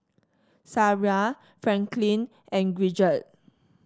Sariah Franklyn and Gidget